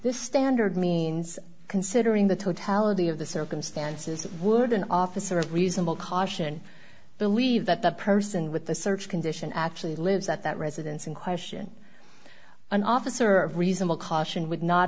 this standard means considering the totality of the circumstances would an officer a reasonable caution believe that the person with the search condition actually lives at that residence in question an officer of reasonable caution would not